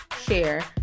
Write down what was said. share